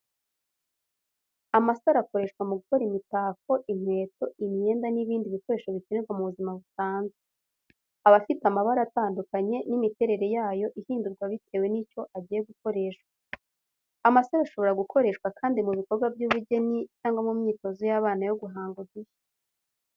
Amasaro akoreshwa mu gukora imitako, inkweto, imyenda, n'ibindi bikoresho bikenerwa mu buzima busanzwe. Aba afite amabara atandukanye, n'imiterere yayo ihindurwa bitewe n'icyo agiye gukoreshwa. Amasaro ashobora gukoreshwa kandi mu bikorwa by'ubugeni cyangwa mu myitozo y'abana yo guhanga udushya.